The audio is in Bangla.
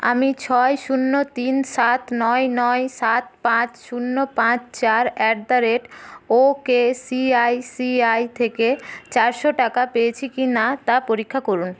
আমি ছয় শূন্য তিন সাত নয় নয় সাত পাঁচ শূন্য পাঁচ চার আ্যট দ্য রেট ও কে সিআইসিআই থেকে চারশো টাকা পেয়েছি কিনা তা পরীক্ষা করুন